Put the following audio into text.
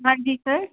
हाँ जी सर